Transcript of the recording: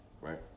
right